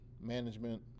management